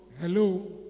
Hello